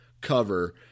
cover